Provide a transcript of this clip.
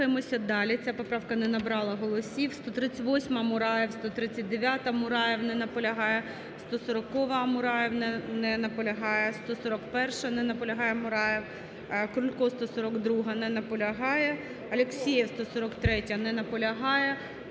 далі. Ця поправка не набрала голосів.